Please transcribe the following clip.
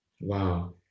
wow